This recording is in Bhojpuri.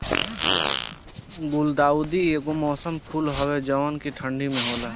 गुलदाउदी एगो मौसमी फूल हवे जवन की ठंडा में होला